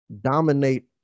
dominate